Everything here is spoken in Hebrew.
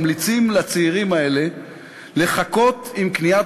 ממליצים לצעירים האלה לחכות עם קניית